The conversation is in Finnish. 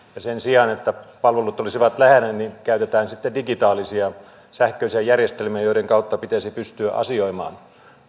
sen sijaan että palvelut olisivat lähellä käytetään sitten digitaalisia sähköisiä järjestelmiä joiden kautta pitäisi pystyä asioimaan